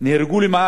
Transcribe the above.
נפצעו קשה,